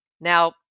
Now